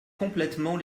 complètement